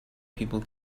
people